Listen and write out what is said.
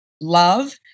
love